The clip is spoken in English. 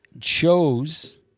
chose